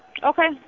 Okay